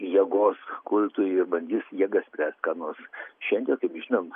jėgos kultu ir bandys jėga spręst ką nors šiandien kaip žinom